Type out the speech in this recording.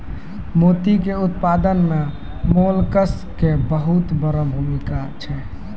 मोती के उपत्पादन मॅ मोलस्क के बहुत वड़ो भूमिका छै